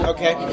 Okay